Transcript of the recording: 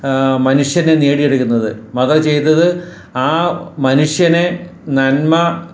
മനുഷ്യനെ നേടിയെടുക്കുന്നത് മദർ ചെയ്തത് ആ മനുഷ്യനെ നന്മ